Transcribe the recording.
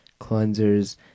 cleansers